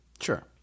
Sure